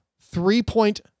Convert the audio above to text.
three-point